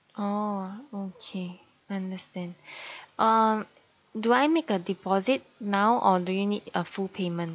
oh okay understand um do I make a deposit now or do you need a full payment